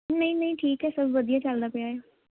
ਨਹੀਂ ਨਹੀਂ ਠੀਕ ਹੈ ਸਭ ਵਧੀਆ ਚਲਦਾ ਪਿਆ ਹੈ